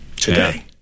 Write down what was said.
Today